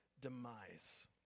demise